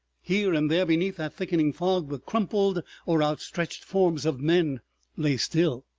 here and there beneath that thickening fog the crumpled or outstretched forms of men lay still.